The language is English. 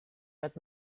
but